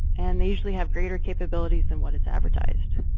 and they usually have greater capabilities than what it's advertised.